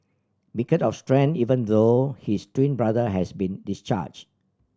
beacon of strength even though his twin brother has been discharged